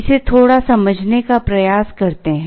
इसे थोड़ा समझने का प्रयास करते हैं